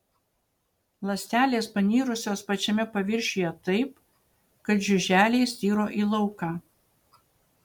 ląstelės panirusios pačiame paviršiuje taip kad žiuželiai styro į lauką